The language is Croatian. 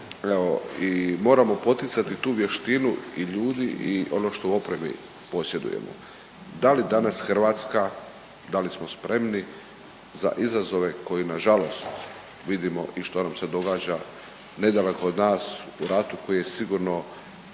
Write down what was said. i moramo poticati tu vještinu i ljudi i ono što u opremi posjedujemo. Da li danas Hrvatska, da li smo spremni za izazove koji nažalost vidimo i što nam se događa nedaleko od nas u ratu koji je sigurno